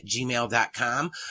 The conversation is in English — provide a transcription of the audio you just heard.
gmail.com